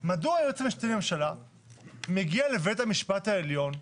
מדוע היועץ המשפטי לממשלה מגיע לבית המשפט העליון ואומר: